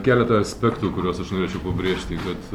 keletą aspektų kuriuos aš norėčiau pabrėžti kad